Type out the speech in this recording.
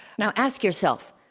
now, ask yourself,